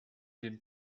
den